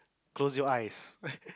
close your eyes